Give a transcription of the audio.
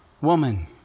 woman